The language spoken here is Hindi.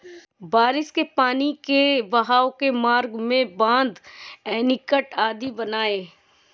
बारिश के पानी के बहाव के मार्ग में बाँध, एनीकट आदि बनाए